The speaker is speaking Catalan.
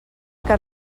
que